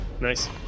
Nice